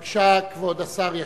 בבקשה, כבוד השר ישיב.